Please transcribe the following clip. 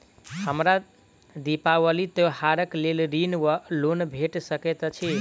हमरा दिपावली त्योहारक लेल ऋण वा लोन भेट सकैत अछि?